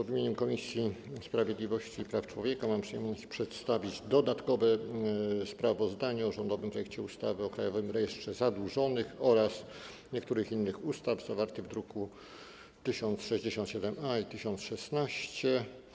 W imieniu Komisji Sprawiedliwości i Praw Człowieka mam przyjemność przedstawić dodatkowe sprawozdanie o rządowym projekcie ustawy o zmianie ustawy o Krajowym Rejestrze Zadłużonych oraz niektórych innych ustaw, druki nr 1067-A i 1016.